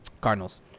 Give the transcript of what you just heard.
Cardinals